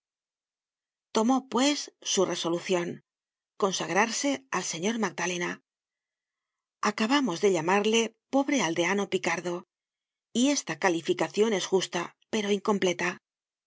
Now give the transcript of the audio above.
tomó pues su resolucion consagrarse al señor magdalena acabamos de llamarle pobre aldeano picardo y esta calificacion es justa pero incompleta